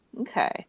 Okay